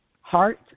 heart